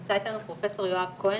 נמצא איתנו פרופ' יואב כהן,